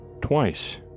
twice